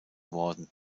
worden